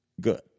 good